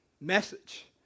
message